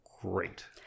great